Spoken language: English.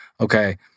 okay